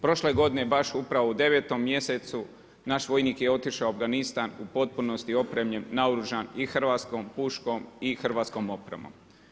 Prošle godine baš upravo u 9 mjesecu naš vojnik je otišao u Afganistan u potpunosti opremljen, naoružan i hrvatskom puškom i hrvatskom opremom.